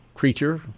creature